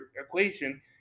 equation